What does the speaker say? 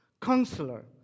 Counselor